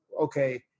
okay